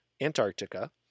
Antarctica